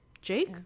Jake